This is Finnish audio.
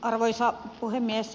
arvoisa puhemies